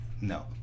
no